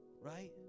right